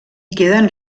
queden